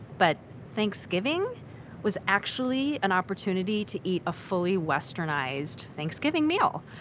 but thanksgiving was actually an opportunity to eat a fully westernized thanksgiving meal.